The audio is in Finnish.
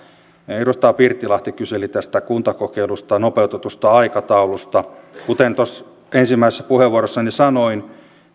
edustaja pirttilahti kyseli tästä kuntakokeilusta nopeutetusta aikataulusta kuten ensimmäisessä puheenvuorossani sanoin